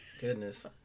goodness